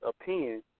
opinion